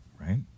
right